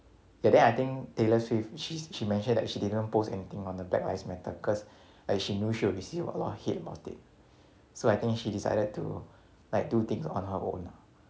ya then I think taylor swift she's she mentioned that she didn't post anything on the black lives matter because like she knew she would receive a lot of hate about it so I think she decided to like do things on her own